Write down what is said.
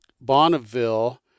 Bonneville